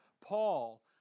Paul